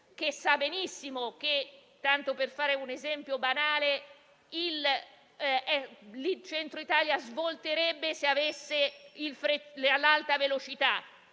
Si sa benissimo, tanto per fare un esempio banale, che il Centro Italia svolterebbe se avesse l'Alta velocità,